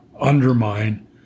undermine